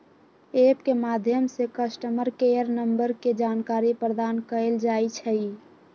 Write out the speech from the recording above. app के माध्यम से कस्टमर केयर नंबर के जानकारी प्रदान कएल जाइ छइ